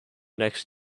next